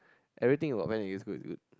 everything about the band is good is good